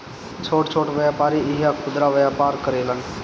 छोट छोट व्यापारी इहा खुदरा व्यापार करेलन